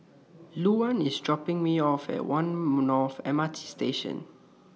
Luann IS dropping Me off At one North M R T Station